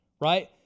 right